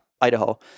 Idaho